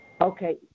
Okay